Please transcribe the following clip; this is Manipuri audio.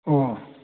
ꯑꯣ